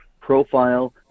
profile